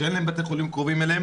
שאין להן בתי חולים קרובים אליהן